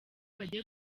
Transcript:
bagiye